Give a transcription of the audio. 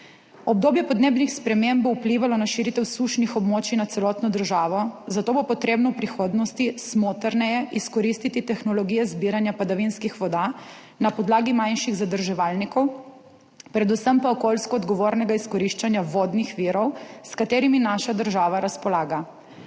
Obdobje podnebnih sprememb bo vplivalo na širitev sušnih območij na celotno državo, zato bo potrebno v prihodnosti smotrneje izkoristiti tehnologije zbiranja padavinskih voda na podlagi manjših zadrževalnikov, predvsem pa okoljsko odgovornega izkoriščanja vodnih virov, s katerimi naša država razpolaga.